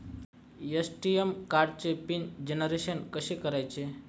ATM कार्डचे pin generation कसे करायचे?